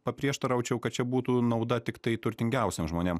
paprieštaraučiau kad čia būtų nauda tiktai turtingiausiem žmonėm